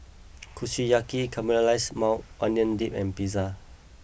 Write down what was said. Kushiyaki Caramelized Maui Onion Dip and pizza